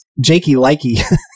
Jakey-likey